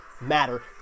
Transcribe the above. matter